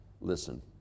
Listen